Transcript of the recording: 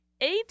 Eight